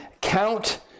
count